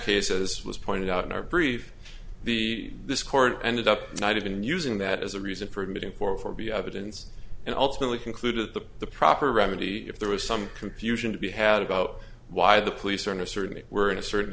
case as was pointed out in our brief the this court ended up not even using that as a reason for admitting for be evidence and ultimately conclude that the the proper remedy if there was some confusion to be had about why the police are in a certain they were in a certain